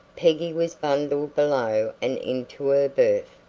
peggy was bundled below and into her berth,